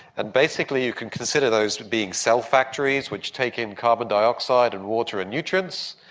and basically you can consider those being cell factories which take in carbon dioxide and water and nutrients,